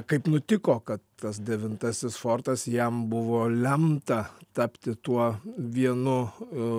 kaip nutiko kad tas devintasis fortas jam buvo lemta tapti tuo vienu